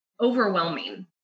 overwhelming